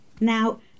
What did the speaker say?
Now